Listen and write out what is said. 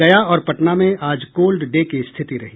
गया और पटना में आज कोल्ड डे की स्थिति रही